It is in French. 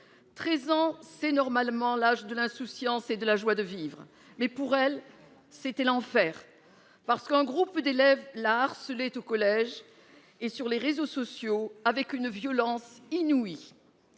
13 ans c'est normalement l'âge de l'insouciance et de la joie de vivre mais pour elle, c'était l'enfer. Parce qu'un groupe d'élèves la harceler tous collèges et sur les réseaux sociaux avec une violence inouïe.